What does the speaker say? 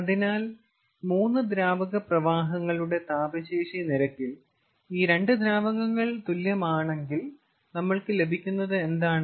അതിനാൽ മൂന്ന് ദ്രാവക പ്രവാഹങ്ങളുടെ താപശേഷി നിരക്കിൽ ഈ 2 ദ്രാവകങ്ങൾ തുല്യമാണെങ്കിൽ നമ്മൾക്ക് ലഭിക്കുന്നത്എന്താണ്